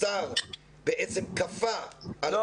השר בעצם כפה על המוסדות האקדמיים.